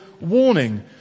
warning